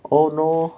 oh no